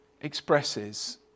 expresses